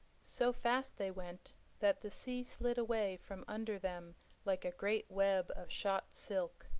so fast they went that the sea slid away from under them like a great web of shot silk,